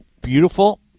beautiful